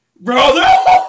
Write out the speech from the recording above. Brother